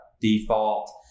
default